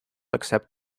accept